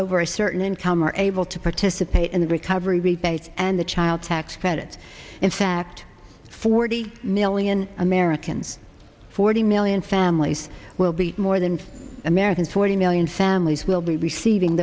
over a certain income are able to participate in the recovery rebate and the child tax credit in fact forty million americans forty million families will be more than americans forty million families will be receiving